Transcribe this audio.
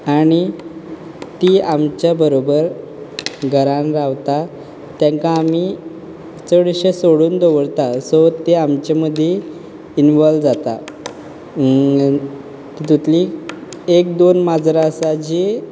आनी ती आमच्या बरोबर घरान रावता तांकां आमी चडशें सोडून दवरतात सो ती आमचे मदीं इनवोल्व जाता तेतूंतली एक दोन माजरां आसा जी